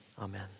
Amen